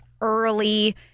early